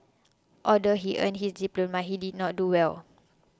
although he earned his diploma he did not do well